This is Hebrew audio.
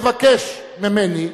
מבקש ממני,